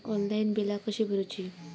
Online बिला कशी भरूची?